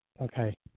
Okay